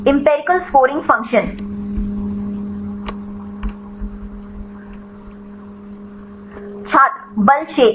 empirical scoring function छात्र बल क्षेत्र